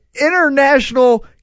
international